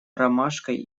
ромашкой